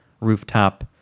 rooftop